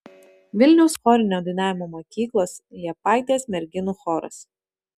vilniaus chorinio dainavimo mokyklos liepaitės merginų choras